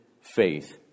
faith